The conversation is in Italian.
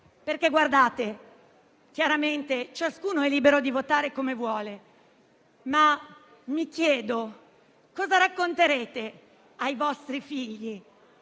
ricchezza. Chiaramente ciascuno è libero di votare come vuole, ma mi chiedo cosa racconterete ai vostri figli